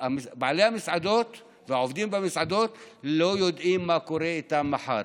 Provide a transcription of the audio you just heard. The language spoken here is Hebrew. בעלי המסעדות והעובדים במסעדות לא יודעים מה קורה איתם מחר.